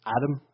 Adam